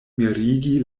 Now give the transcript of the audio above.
mirigi